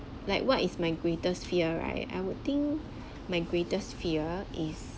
like what is my greatest fear right I would think my greatest fear is